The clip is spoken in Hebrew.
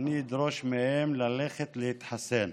ואני אדרוש מהם ללכת להתחסן.